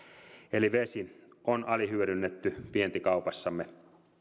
eli vesi on alihyödynnetty vientikaupassamme